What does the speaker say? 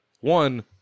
one